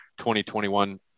2021